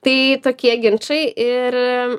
tai tokie ginčai ir